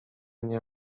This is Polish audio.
nie